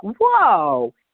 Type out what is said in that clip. whoa